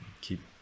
keep